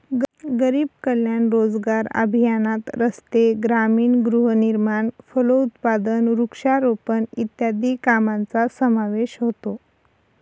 गरीब कल्याण रोजगार अभियानात रस्ते, ग्रामीण गृहनिर्माण, फलोत्पादन, वृक्षारोपण इत्यादी कामांचा समावेश होतो